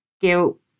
guilt